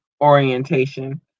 orientation